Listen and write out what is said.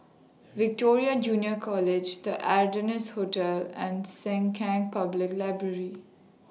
Victoria Junior College The Ardennes Hotel and Sengkang Public Library